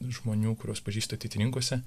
žmonių kuriuos pažįstu ateitininkuose